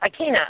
Akina